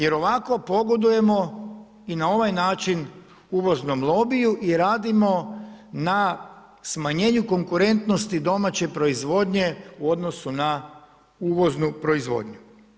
Jer ovako pogodujemo i na ovaj način uvoznom lobiju i radimo na smanjenju konkurentnosti domaće proizvodnje u odnosu na uvoznu proizvodnju.